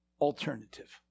alternative